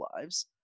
lives